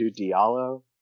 Diallo